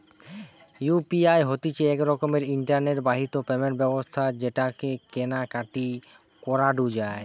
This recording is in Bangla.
ইউ.পি.আই হতিছে এক রকমের ইন্টারনেট বাহিত পেমেন্ট ব্যবস্থা যেটাকে কেনা কাটি করাঢু যায়